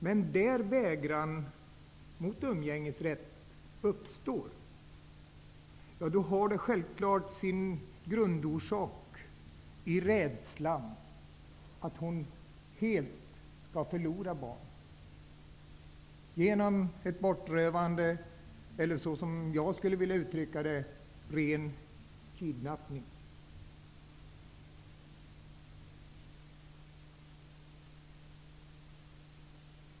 Men där vägran mot umgänge uppstår har det självklart sin grund i mammans rädsla för att helt förlora barnet genom ett bortrövande eller -- som jag skulle vilja uttrycka det -- ren kidnappning.